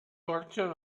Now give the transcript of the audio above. portion